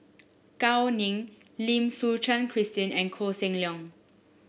Gao Ning Lim Suchen Christine and Koh Seng Leong